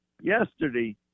yesterday